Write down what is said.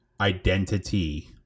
identity